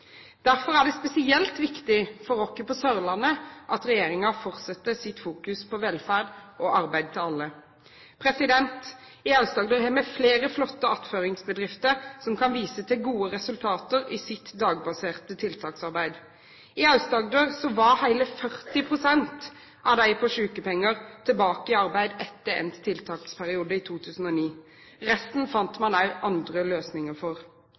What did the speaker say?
Derfor er det spesielt viktig for oss på Sørlandet at regjeringen fortsetter å fokusere på velferd og arbeid til alle. I Aust-Agder har vi flere flotte attføringsbedrifter som kan vise til gode resultater i sitt dagbaserte tiltaksarbeid. I Aust-Agder var hele 40 pst. av de på sykepenger tilbake i arbeid etter endt tiltaksperiode i 2009. Resten fant man andre løsninger for,